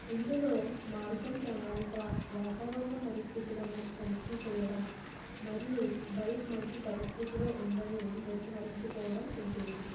ఇందులో మార్గం ప్రణాళిక వాతావరణ పరిస్థితులను తనిఖీ చేయడం మరియు బైక్ మంచి పరిస్థితిలో ఉందని నిర్ధారించుకోవడం ఉంటుంది